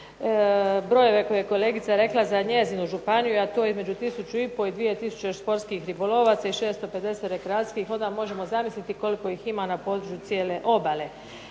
brojeve koje je kolegica rekla za njezinu županiju, a to je između 1500 i 2000 športskih ribolovaca i 650 rekreacijskih. Onda možemo zamisliti koliko ih ima na području cijele obale.